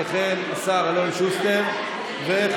אשר על כן, גם